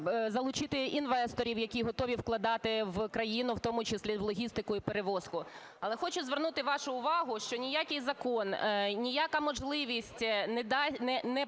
залучити інвесторів, які готові вкладати в країну, в тому числі в логістику і перевозку. Але хочу звернути вашу увагу, що ніякий закон, ніяка можливість не поборить